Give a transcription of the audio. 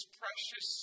precious